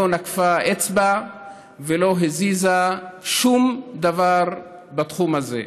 לא נקפה אצבע ולא הזיזה שום דבר בתחום הזה.